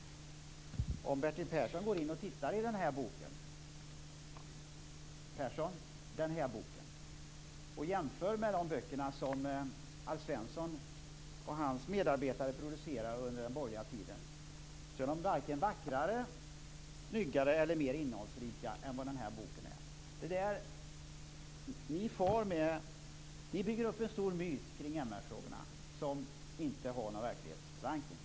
Om Bertil Persson tittar i boken och jämför med de böcker som Alf Svensson och hans medarbetare producerade under den borgerliga tiden, är de varken vackrare, snyggare eller mer innehållsrika än vad den här boken är. Ni bygger upp en stor myt kring MR-frågorna som inte har någon verklighetsförankring.